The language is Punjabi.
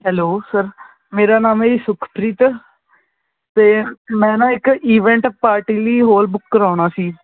ਹੈਲੋ ਸਰ ਮੇਰਾ ਨਾਮ ਆ ਜੀ ਸੁਖਪ੍ਰੀਤ ਅਤੇ ਮੈਂ ਨਾ ਇੱਕ ਈਵੈਂਟ ਪਾਰਟੀ ਲਈ ਹੋਲ ਬੁੱਕ ਕਰਵਾਉਣਾ ਸੀ